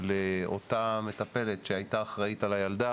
לאותה מטפלת שהייתה אחראית על הילדה